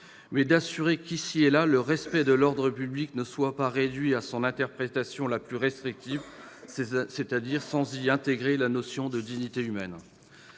mais de s'assurer qu'ici et là le respect de l'ordre public ne soit pas réduit à son interprétation la plus restrictive, qui n'intégrerait pas la notion de dignité humaine.